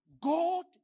God